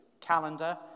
calendar